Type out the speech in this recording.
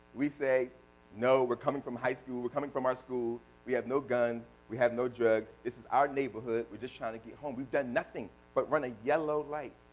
we say no, we're coming from high school. we're coming from our school. we have no guns, we have no drugs. this is our neighborhood. we're just trying to get home we've done nothing but run a yellow light.